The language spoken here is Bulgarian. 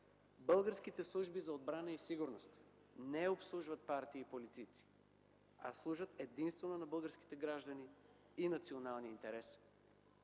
Българските служби за отбрана и сигурност не обслужват партии и политици, а служат единствено на българските граждани и националния интерес.